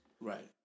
Right